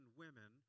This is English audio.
women